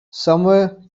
somewhere